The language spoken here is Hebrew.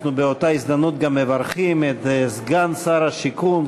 אנחנו באותה הזדמנות גם מברכים את סגן שר השיכון,